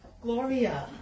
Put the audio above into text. Gloria